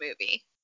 movie